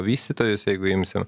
vystytojus jeigu imsim